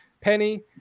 Penny